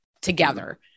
together